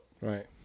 Right